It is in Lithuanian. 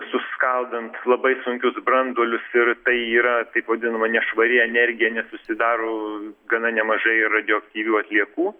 suskaldant labai sunkius branduolius ir tai yra taip vadinama nešvari energija nes susidaro gana nemažai radioaktyvių atliekų